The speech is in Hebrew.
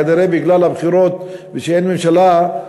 כנראה בגלל הבחירות וכי אין ממשלה.